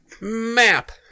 Map